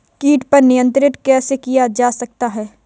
कीट पर नियंत्रण कैसे किया जा सकता है?